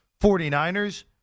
49ers